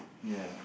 ya